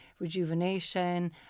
rejuvenation